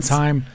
time